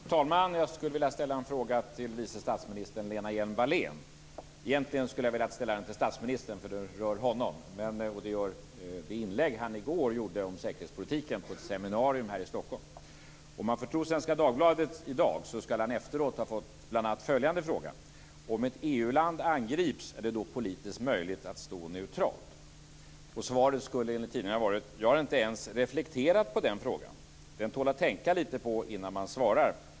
Fru talman! Jag skulle vilja ställa en fråga till vice statsminister Lena Hjelm-Wallén. Egentligen skulle jag ha velat ställa frågan till statsministern eftersom den rör honom. Frågan gäller det inlägg han i går gjorde om säkerhetspolitiken på ett seminarium i Om man får tro Svenska Dagbladet i dag skall statsministern efteråt ha fått följande fråga: Om ett EU-land angrips, är det då politiskt möjligt att stå neutralt? Svaret skulle enligt tidningen vara: Jag har inte ens reflekterat över den frågan. Den tål att tänka på innan man svarar.